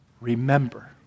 remember